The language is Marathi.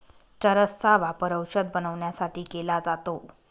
चरस चा वापर औषध बनवण्यासाठी केला जातो